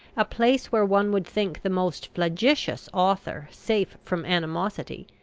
a place where one would think the most flagitious author safe from animosity,